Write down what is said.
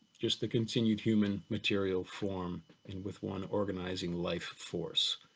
just the continued human material form and with one organizing life force.